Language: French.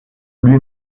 lui